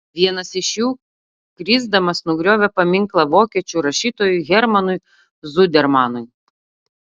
vienas iš jų krisdamas nugriovė paminklą vokiečių rašytojui hermanui zudermanui